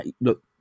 look